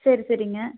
சரி சரிங்க